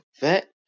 vet